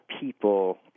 people